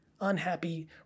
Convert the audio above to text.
Unhappy